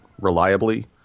reliably